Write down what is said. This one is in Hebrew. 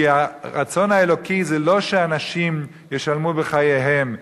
כי הרצון האלוקי זה לא שאנשים ישלמו בחייהם.